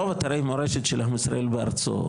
רוב אתרי המורשת של עם ישראל בארצו,